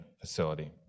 facility